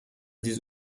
these